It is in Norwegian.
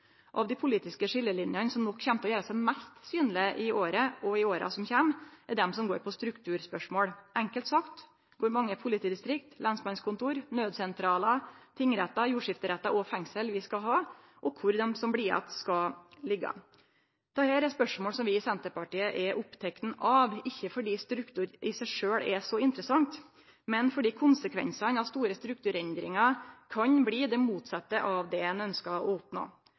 Av dei politiske skiljelinene som nok kjem til å gjere seg mest synlege i året og i åra som kjem, er dei som går på strukturspørsmål – enkelt sagt: kor mange politidistrikt, lensmannskontor, naudsentralar, tingrettar, jordskifterettar og fengsel vi skal ha, og kor dei som blir att, skal liggje. Dette er spørsmål som vi i Senterpartiet er opptekne av, ikkje fordi struktur i seg sjølv er så interessant, men fordi konsekvensane av store strukturendringar kan bli det motsette av det ein ønskjer å oppnå.